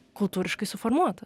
kultūriškai suformuotas